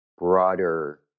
broader